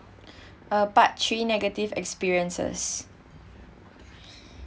uh part three negative experiences